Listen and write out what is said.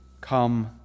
come